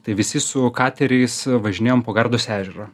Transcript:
tai visi su kateriais važinėjom po gardos ežerą